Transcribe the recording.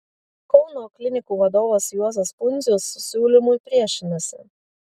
kauno klinikų vadovas juozas pundzius siūlymui priešinasi